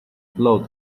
blow